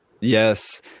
Yes